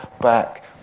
back